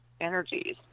energies